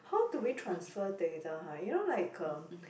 how do we transfer data ha you know like um